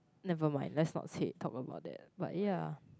never mind let's not say talk about that but ya